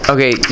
Okay